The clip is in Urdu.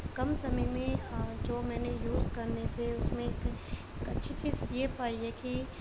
کم سمے میں جو میں نے یوز کرنے پہ اس میں ایک اچھی چیز یہ پائی ہے کہ